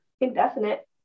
indefinite